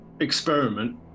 experiment